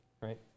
right